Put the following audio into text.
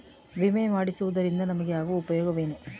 ವಿಮೆ ಮಾಡಿಸುವುದರಿಂದ ನಮಗೆ ಆಗುವ ಉಪಯೋಗವೇನು?